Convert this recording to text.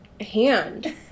hand